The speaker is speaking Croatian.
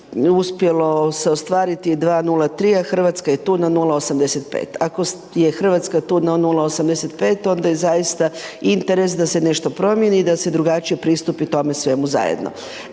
uspjelo ostvariti je 2,03 na Hrvatska je tu na 0,85, ako je Hrvatska tu na 0,85 onda je zaista interes da se nešto promijeni i da se drugačije pristupi tome svemu zajedno.